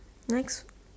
next